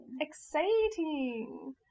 Exciting